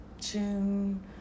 June